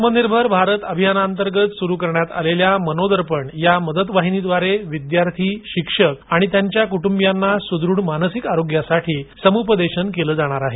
आत्मनिर्भर भारत अभियानांतर्गत सुरु करण्यात आलेल्या मनोदर्पण या मदत वाहिनीद्वारे विद्यार्थी शिक्षक आणि त्यांच्या कुटुंबियांना सुवृढ मानसिक आरोग्यासाठी समुपदेशन केल जाणार आहे